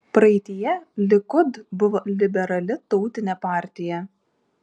praeityje likud buvo liberali tautinė partija